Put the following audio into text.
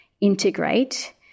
integrate